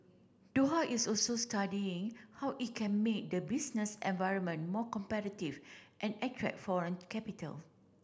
Doha is also studying how it can make the business environment more competitive and attract foreign capital